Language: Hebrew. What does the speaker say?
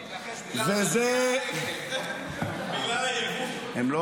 תן לי לנחש: בגלל חלקי הרכב, בגלל הארגון.